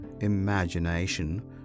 imagination